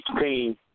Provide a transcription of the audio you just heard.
team